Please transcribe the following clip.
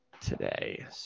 today